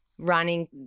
running